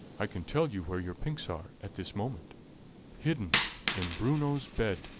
i can tell you where your pinks are at this moment hidden in bruno's bed!